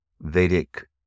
Vedic